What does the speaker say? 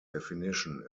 definition